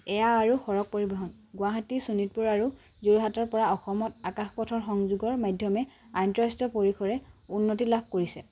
এয়া আৰু সৰগ পৰিবহণ গুৱাহাটী শোণিতপুৰ আৰু যোৰহাটৰ পৰা অসমত আকাশ পথৰ সংযোগৰ মাধ্যমে আন্তঃৰাষ্ট্ৰীয় পৰিসৰে উন্নতি লাভ কৰিছে